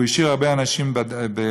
הוא השאיר הרבה אנשים למטה,